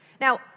Now